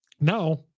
Now